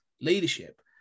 leadership